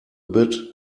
bit